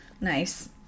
Nice